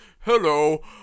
Hello